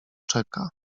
czeka